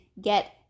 get